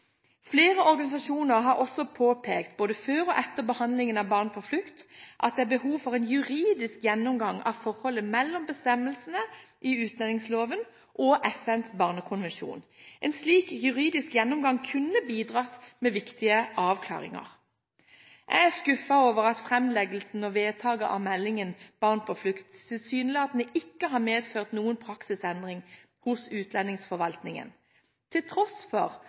Flere organisasjoner har også påpekt, både før og etter behandlingen av Barn på flukt, at det er behov for en juridisk gjennomgang av forholdet mellom bestemmelsene i utlendingsloven og FNs barnekonvensjon. En slik juridisk gjennomgang kunne bidratt med viktige avklaringer. Jeg er skuffet over at framleggelsen av og vedtaket med hensyn til meldingen Barn på flukt tilsynelatende ikke har medført noen praksisendring hos utlendingsforvaltningen, til tross for